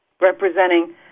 representing